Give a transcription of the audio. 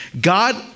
God